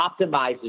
optimizes